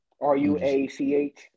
R-U-A-C-H